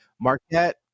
Marquette